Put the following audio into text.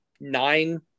nine